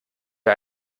wir